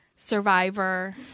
survivor